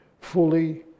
fully